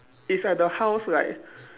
it's at the house like